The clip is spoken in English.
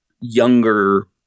younger